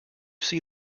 see